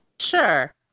Sure